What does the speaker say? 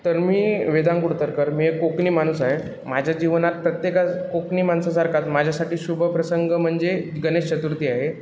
तर मी वेदांग कुडतरकर मी एक कोकणी माणूस आहे माझ्या जीवनात प्रत्येकच कोकणी माणसासारखाच माझ्यासाठी शुभप्रसंग म्हणजे गणेश चतुर्थी आहे